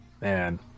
Man